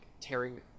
tearing